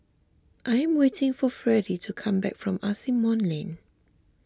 I am waiting for Fredie to come back from Asimont Lane